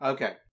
Okay